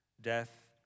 death